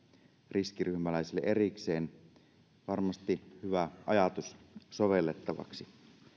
riskiryhmäläisille erikseen varmasti hyvä ajatus sovellettavaksi